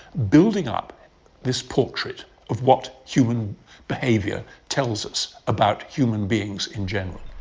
building up this portrait of what human behavior tells us about human beings in general.